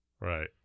right